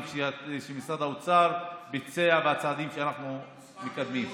שמשרד האוצר ביצע והצעדים שאנחנו מקדמים.